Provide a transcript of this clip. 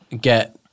get